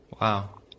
Wow